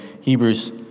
Hebrews